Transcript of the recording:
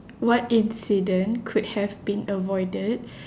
what incident could have been avoided